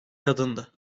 kadındı